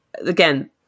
again